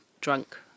drunk